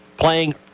playing